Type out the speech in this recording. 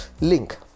link